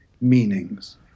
meanings